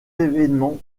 éléments